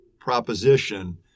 proposition